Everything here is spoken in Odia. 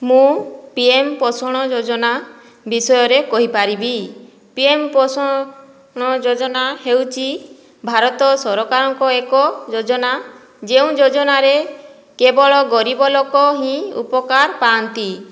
ମୁଁ ପି ଏମ ପୋଷଣ ଯୋଜନା ବିଷୟରେ କହିପାରିବି ପି ଏମ ପୋଷଣ ଯୋଜନା ହେଉଛି ଭାରତ ସରକାରଙ୍କ ଏକ ଯୋଜନା ଯେଉଁ ଯୋଜନାରେ କେବଳ ଗରିବଲୋକ ହିଁ ଉପକାର ପାଆନ୍ତି